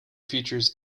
features